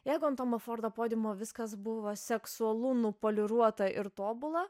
jeigu ant tomo fordo podiumo viskas buvo seksualu nupoliruota ir tobula